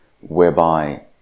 whereby